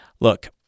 Look